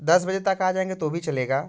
दस बजे तक आ जाएंगे तो भी चलेगा